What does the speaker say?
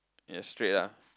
yes straight ah